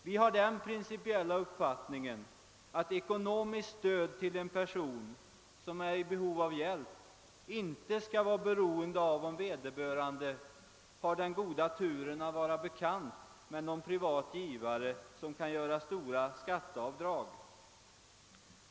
Vi har den principiella uppfattningen att det ekonomiska stödet till en person som är i behov av hjälp inte skall vara beroende av om vederbörande har den goda turen att vara bekant med någon privat givare som kan göra stora skatteavdrag.